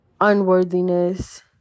unworthiness